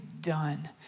done